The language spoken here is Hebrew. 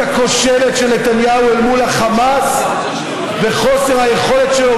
הכושלת של נתניהו אל מול החמאס וחוסר היכולת שלו